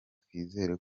twizera